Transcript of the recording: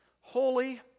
holy